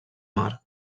mar